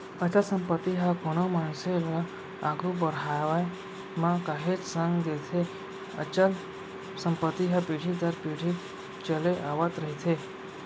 अचल संपत्ति ह कोनो मनसे ल आघू बड़हाय म काहेच संग देथे अचल संपत्ति ह पीढ़ी दर पीढ़ी चले आवत रहिथे